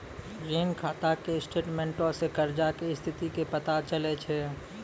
ऋण खाता के स्टेटमेंटो से कर्जा के स्थिति के पता चलै छै